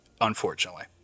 Unfortunately